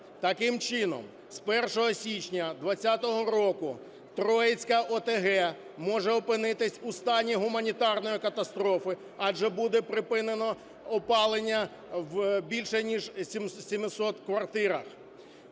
Таким чином з 1 січня 2020 року Троїцька ОТГ може опинитися у стані гуманітарної катастрофи, адже буде припинено опалення в більше ніж 700 квартирах.